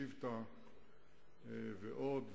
שבטה ועוד,